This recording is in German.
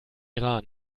iran